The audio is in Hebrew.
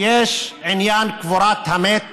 יש עניין קבורת המת